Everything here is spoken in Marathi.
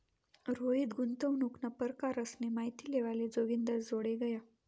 रोहित गुंतवणूकना परकारसनी माहिती लेवाले जोगिंदरजोडे गया